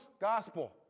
Gospel